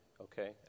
okay